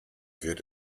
wird